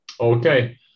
Okay